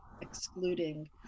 excluding